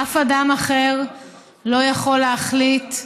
אף אדם אחר לא יכול להחליט,